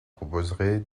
proposerai